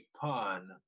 pun